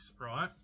right